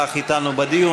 נכח היום אתנו בדיון.